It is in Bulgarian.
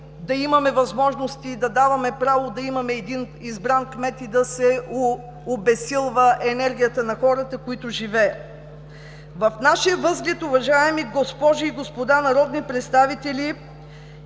да имаме възможности и да даваме право да имаме един избран кмет и да се обезсилва енергията на хората, които живеят. В нашия възглед, уважаеми госпожи и господа народни представители,